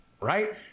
Right